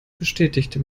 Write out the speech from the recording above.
bestätigte